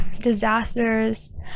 disasters